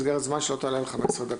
במסגרת זמן שלא תעלה על 15 דקות.